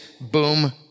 Boom